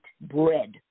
bread